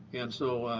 and so